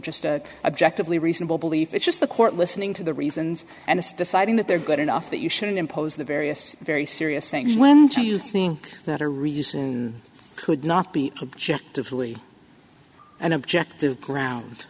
just a objectively reasonable belief it's just the court listening to the reasons and it's deciding that they're good enough that you shouldn't impose the various very serious things when do you think that a reason could not be objectively an objective ground